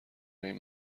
این